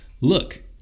Look